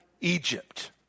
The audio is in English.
Egypt